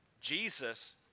Jesus